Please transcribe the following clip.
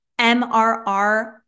MRR